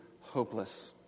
hopeless